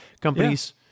companies